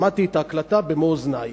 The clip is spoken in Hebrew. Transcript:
שמעתי את ההקלטה במו אוזני.